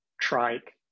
trike